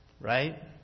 right